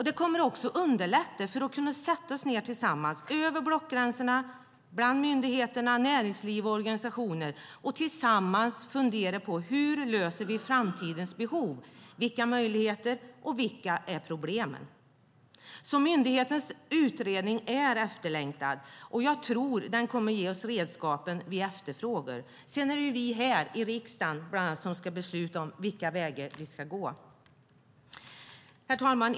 Det kommer också att underlätta för att vi ska kunna sätta oss ned tillsammans över blockgränserna bland myndigheterna, näringsliv och organisationer och tillsammans fundera på hur vi löser framtidens behov. Vilka möjligheter finns, och vilka är problemen? Myndighetens utredning är efterlängtad och jag tror att den kommer att ge oss redskapen vi efterfrågar. Sedan är det bland andra vi här i riksdagen som ska besluta om vilka vägar vi ska gå. Herr talman!